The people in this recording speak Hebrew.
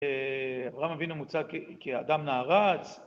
אברהם אבינו מוצג כאדם נערץ,